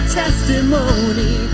testimony